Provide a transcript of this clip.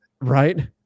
Right